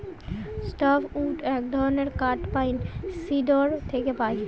soft wood এক ধরনের কাঠ পাইন, সিডর থেকে পাই